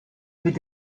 mit